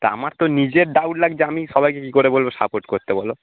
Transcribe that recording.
তা আমার তো নিজের ডাউট লাগছে আমি সবাইকে কী করে বলবো সাপোর্ট করতে বলো